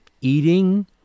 eating